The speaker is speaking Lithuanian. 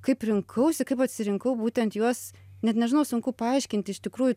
kaip rinkausi kaip atsirinkau būtent juos net nežinau sunku paaiškinti iš tikrųjų